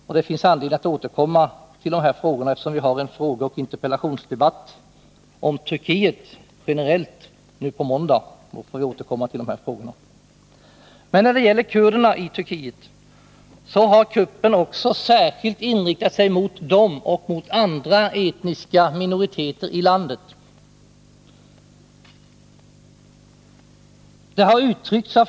Och det finns anledning att återkomma till dessa frågor, eftersom vi har en frågeoch interpellationsdebatt om Turkiet generellt nu på måndag. Då får vi alltså återkomma till de här frågorna. Kuppen Turkiet har särskilt inriktats mot kurderna och mot andra etniska minoriteter i landet.